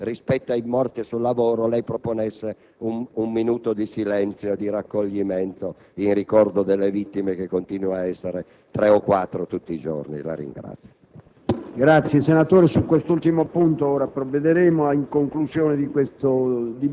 Presidente, oltre a esprimere solidarietà, in generale rispetto ai morti sul lavoro, lei proponesse un minuto di silenzio e di raccoglimento in ricordo delle vittime, che continuano ad essere tre o quattro tutti i giorni. *(Applausi